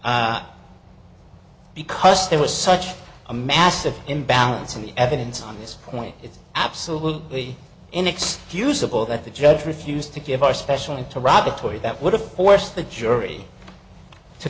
court because there was such a massive imbalance in the evidence on this point it's absolutely inexcusable that the judge refused to give our special into rob a toy that would have forced the jury to